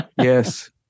Yes